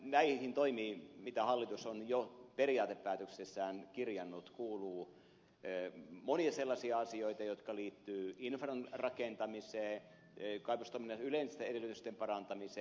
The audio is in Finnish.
näihin toimiin mitä hallitus on jo periaatepäätöksessään kirjannut kuuluu monia sellaisia asioita jotka liittyvät infran rakentamiseen kaivostoiminnan yleisten edellytysten parantamiseen